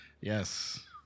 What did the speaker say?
Yes